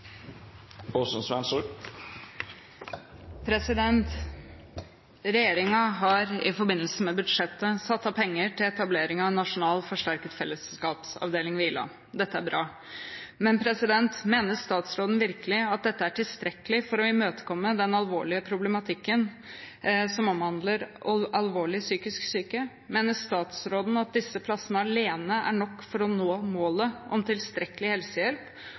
en nasjonal forsterket fellesskapsavdeling ved Ila. Dette er bra. Men mener statsråden virkelig at dette er tilstrekkelig for å imøtekomme den alvorlige problematikken som omhandler alvorlig psykisk syke? Mener statsråden at disse plassene alene er nok for å nå målet om tilstrekkelig helsehjelp